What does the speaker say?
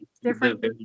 different